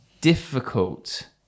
difficult